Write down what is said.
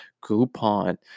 coupon